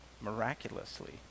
miraculously